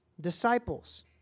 disciples